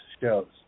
shows